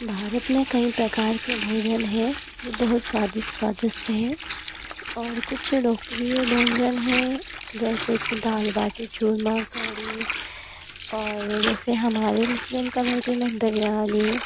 भारत में कई प्रकार के भोजन हैं जो बहुत स्वादिष्ट स्वादिष्ट हैं और कुछ लोकप्रिय व्यंजन हैं जैसे कि दाल बाटी चूरमा कड़ी और जैसे हमारे मुस्लिम कमेटी में बिरयानी